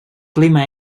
clima